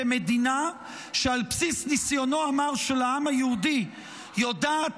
כמדינה שעל בסיס ניסיונו המר של העם היהודי יודעת